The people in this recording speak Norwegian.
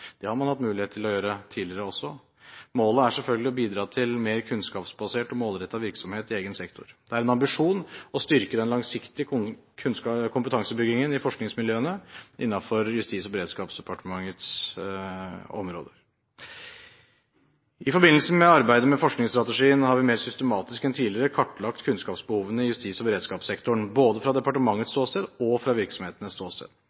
Det har man hatt mulighet til å gjøre tidligere også. Målet er selvfølgelig å bidra til mer kunnskapsbasert og målrettet virksomhet i egen sektor. Det er en ambisjon å styrke den langsiktige kompetansebyggingen i forskningsmiljøene innenfor Justis- og beredskapsdepartementets områder. I forbindelse med arbeidet med forskningsstrategien har vi mer systematisk enn tidligere kartlagt kunnskapsbehovene i justis- og beredskapssektoren både fra departementets ståsted og fra virksomhetenes ståsted.